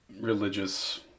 religious